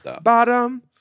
bottom